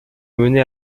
mené